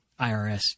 IRS